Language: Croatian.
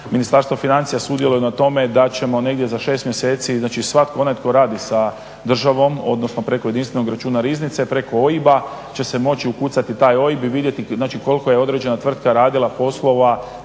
Ministarstvo financija sudjeluje na tome da ćemo negdje za 6 mjeseci, znači svatko onaj tko radi sa državom, odnosno preko jedinstvenog računa Riznice, preko OIB-a će se moći ukucati taj OIB i vidjeti znači koliko je određena tvrtka radila poslova